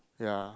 ya